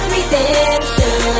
Redemption